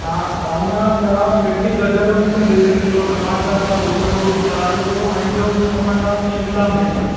हा वाङण थिया मिठी गजरूं थियूं ॾेढु किलो टमाटा थिया गुल गोभी चार किलो ऐं ॿियो मूंखे खपंदा शिमला मिर्च